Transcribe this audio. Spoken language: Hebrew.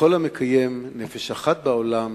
וכל המקיים נפש אחת בעולם